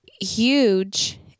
huge